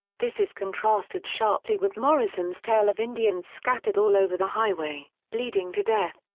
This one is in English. this is contrasted sharply with morrison's tale of indians scattered all over the highway, bleeding to death.